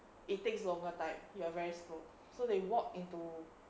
it takes a longer time you are very slow so they walked into